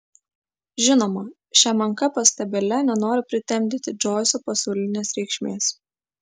žinoma šia menka pastabėle nenoriu pritemdyti džoiso pasaulinės reikšmės